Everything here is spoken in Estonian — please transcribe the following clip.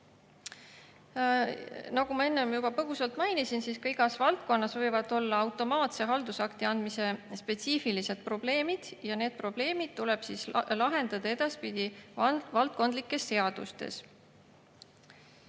Nagu ma enne juba põgusalt mainisin, võivad igas valdkonnas olla automaatse haldusakti andmisel spetsiifilised probleemid ja need probleemid tuleb lahendada edaspidi valdkondlikes seadustes.